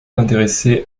intéressé